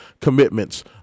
commitments